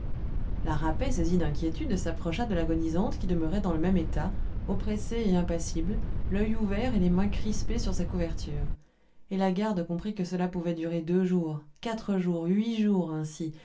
la rapet saisie d'inquiétude s'approcha de l'agonisante qui demeurait dans le même état oppressée et impassible l'oeil ouvert et les mains crispées sur sa couverture et la garde comprit que cela pouvait durer deux jours quatre jours huit jours ainsi